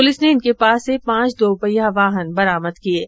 police ने इनके पास से पांच दोपहिया वाहन बरामद किए हैं